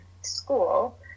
school